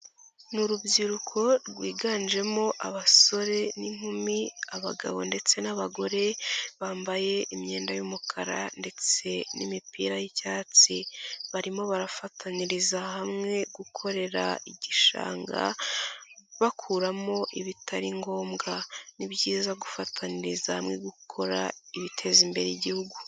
Ni urubyiruko rwiganjemo abasore n'inkumi, abagabo ndetse n'abagore bambaye imyenda y'umukara ndetse n'imipira y'icyatsi. Barimo barafatanriza hamwe gukorera igishanga, bakuramo ibitari ngombwa. Ni byiza gufataniriza hamwe gukora ibiteza imbere igihugu.